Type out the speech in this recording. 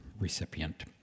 recipient